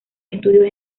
estudios